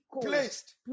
placed